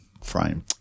frame